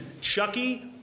chucky